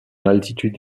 altitude